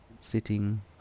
sitting